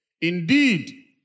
Indeed